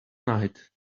night